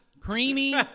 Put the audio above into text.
creamy